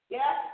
Yes